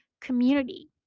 community